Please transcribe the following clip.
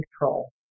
control